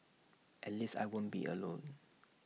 at least I won't be alone